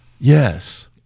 Yes